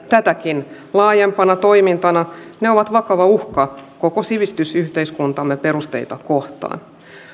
tätäkin laajempana toimintana ne ovat vakava uhka koko koko sivistysyhteiskuntamme perusteita kohtaan